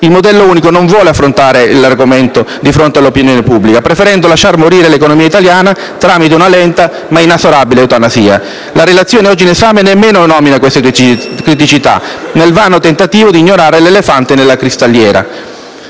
Il modello unico non vuole affrontare l'argomento di fronte all'opinione pubblica, preferendo lasciar morire l'economia italiana tramite una lenta ma inesorabile eutanasia. La relazione oggi in esame nemmeno nomina questa criticità nel vano tentativo di ignorare l'elefante nella cristalleria,